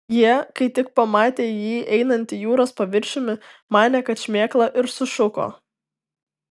jie kai tik pamatė jį einantį jūros paviršiumi manė kad šmėkla ir sušuko